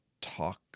talk